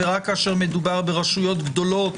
ורק כשמדובר ברשויות גדולות,